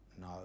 No